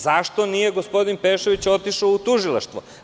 Zašto nije gospodin Pešović otišao u tužilaštvo?